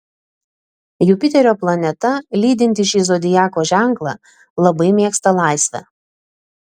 jupiterio planeta lydinti šį zodiako ženklą labai mėgsta laisvę